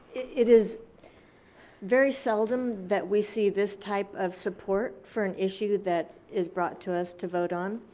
it is very seldom that we see this type of support for an issue that is brought to us to vote on.